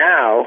Now